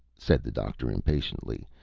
said the doctor, impatiently.